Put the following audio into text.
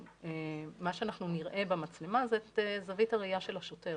מה שאנחנו נראה במצלמה זה את זווית הראייה של השוטר,